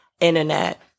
internet